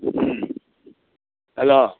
ம் ஹலோ